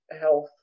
health